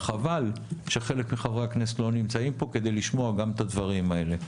וחבל שחלק מחברי הכנסת לא נמצאים פה כדי לשמוע גם את הדברים האלה,